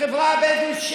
החברה הבדואית,